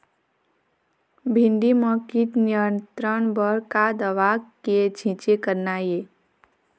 भिंडी म कीट नियंत्रण बर का दवा के छींचे करना ये?